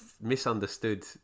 misunderstood